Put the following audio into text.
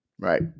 Right